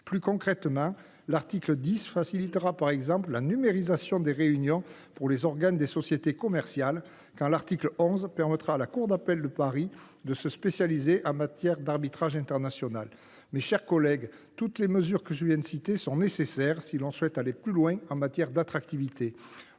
Concrètement, l’article 10 facilitera par exemple la numérisation des réunions pour les organes des sociétés commerciales, quand l’article 11 permettra à la cour d’appel de Paris de se spécialiser dans l’arbitrage international. Mes chers collègues, toutes les mesures que je viens de citer sont nécessaires pour renforcer notre attractivité.